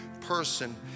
person